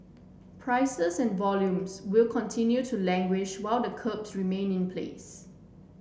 prices and volumes will continue to languish while the curbs remain in place